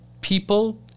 people